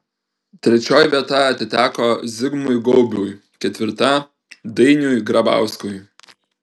trečioji vieta atiteko zigmui gaubiui ketvirta dainiui grabauskui